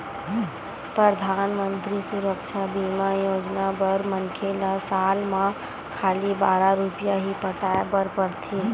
परधानमंतरी सुरक्छा बीमा योजना बर मनखे ल साल म खाली बारह रूपिया ही पटाए बर परथे